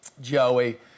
Joey